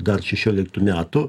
dar šešioliktų metų